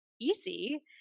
easy